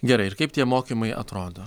gerai ir kaip tie mokymai atrodo